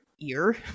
ear